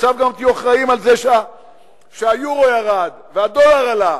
עכשיו גם תהיו אחראים שהיורו ירד והדולר עלה.